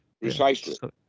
Precisely